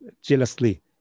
jealously